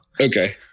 Okay